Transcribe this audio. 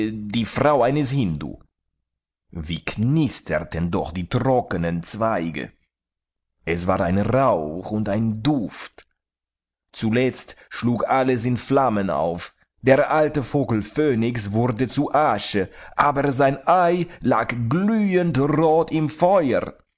die frau eines hindu wie knisterten doch die trockenen zweige es war ein rauch und ein duft zuletzt schlug alles in flammen auf der alte vogel phönix wurde zu asche aber sein ei lag glühend rot im feuer